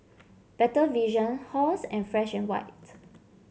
Better Vision Halls and Fresh And White